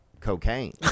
cocaine